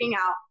out